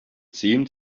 seemed